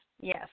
yes